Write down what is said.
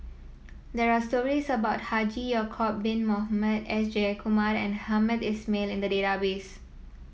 there are stories about Haji Ya'acob Bin Mohamed S Jayakumar and Hamed Ismail in the database